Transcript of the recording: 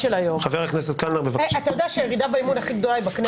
אתה יודע שהירידה באמון הכי גדולה היא בכנסת.